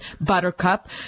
buttercup